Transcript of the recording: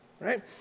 right